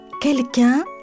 quelqu'un